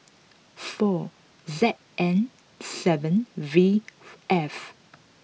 four Z N seven V F